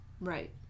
Right